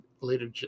later